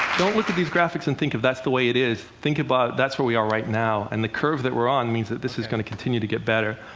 don't look at these graphics and think of that's the way it is. think about that's where we are right now, and the curve that we're on means that this is going to continue to get better.